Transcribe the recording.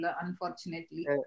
unfortunately